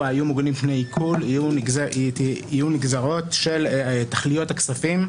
יהיו מוגנים מפני עיקול יהיו נגזרות של תכליות הכספים,